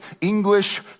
English